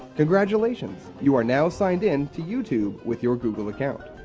congratulations, you are now signed into youtube with your google account.